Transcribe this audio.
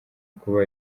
kuba